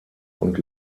und